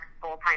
full-time